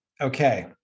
Okay